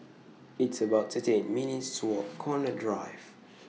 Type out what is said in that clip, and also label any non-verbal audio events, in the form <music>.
It's about thirty eight <noise> minutes' to Walk Connaught Drive